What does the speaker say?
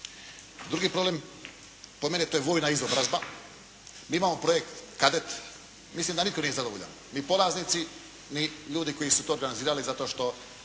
Drugi problem, kod mene, to je vojna izobrazba. Mi imamo projekt "kadet" mislim da nitko nije zadovoljan, ni polaznici ni ljudi koji su to organizirali. Zato što